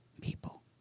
people